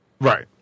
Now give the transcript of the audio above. Right